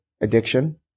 addiction